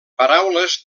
paraules